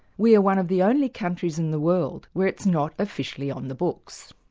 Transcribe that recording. we are one of the only countries in the world where it's not officially on the books.